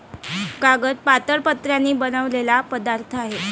कागद पातळ पत्र्यांनी बनलेला पदार्थ आहे